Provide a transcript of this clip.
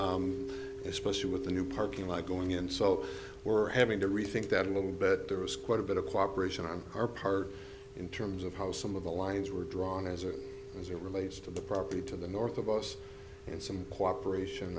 issue especially with the new parking lot going in so we were having to rethink that a little bit there was quite a bit of cooperation on our part in terms of how some of the lines were drawn as it relates to the property to the north of us and some cooperation